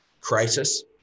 Crisis